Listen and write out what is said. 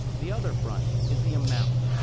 the other front is the amount.